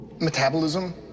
Metabolism